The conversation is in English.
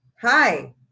Hi